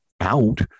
out